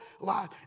life